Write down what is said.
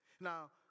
Now